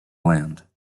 land